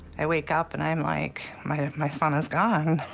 i wake up and i'm like my my son is gone.